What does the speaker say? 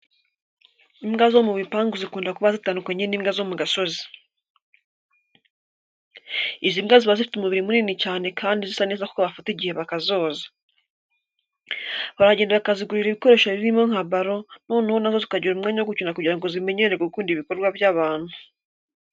Imbwa zo mu bipangu zikunda kuba zitandukanye n'imbwa zo mu gasozi. Izi mbwa ziba zifite umubiri munini cyane kandi zisa neza kuko bafata n'igihe bakazoza. Baragenda bakazigurira ibikoresho birimo nka baro noneho na zo zikagira umwanya wo gukina kugira ngo zimenyere gukunda ibikorwa by'abantu.